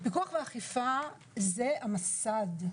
פיקוח ואכיפה זה המסד.